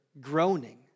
groaning